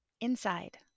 inside